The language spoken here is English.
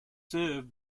served